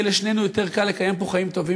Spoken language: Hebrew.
יהיה לשנינו יותר קל לקיים פה חיים טובים